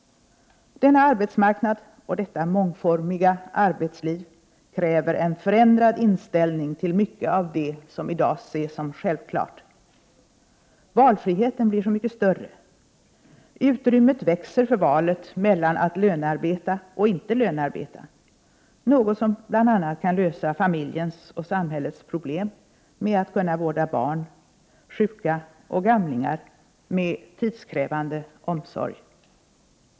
Denna arbetsmarknad och detta mångformiga arbetsliv kräver en förändrad inställning till mycket av det som i dag ses som självklart. Valfriheten blir så mycket större. Utrymmet växer för valet mellan att lönearbeta och inte lönearbeta — något som bl.a. kan lösa familjens och samhällets problem med att kunna vårda barn, sjuka och gamlingar med tidskrävande omsorg.